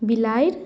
बिलाड़ि